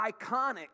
iconic